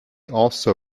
also